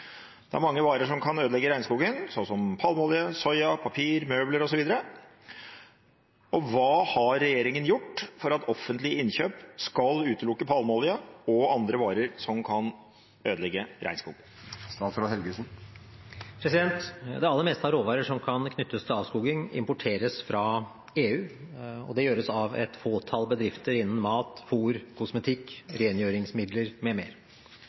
kan ødelegge regnskogen, som palmeolje, soya, papir og møbler. Hva har regjeringen gjort for at offentlige innkjøp skal utelukke palmeolje og andre varer som ødelegger regnskog?» Det aller meste av råvarer som kan knyttes til avskoging, importeres fra EU, og det gjøres av et fåtall bedrifter innen mat, fôr, kosmetikk, rengjøringsmidler m.m. Norsk matindustri har forpliktet seg til å sørge for